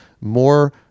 more